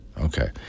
Okay